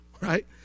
right